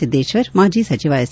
ಸಿದ್ದೇಶ್ವರ್ ಮಾಜಿ ಸಚಿವ ಎಸ್